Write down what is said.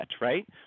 right